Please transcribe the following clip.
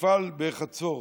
המפעל בחצור,